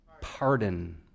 pardon